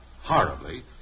horribly